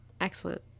excellent